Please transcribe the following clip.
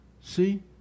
See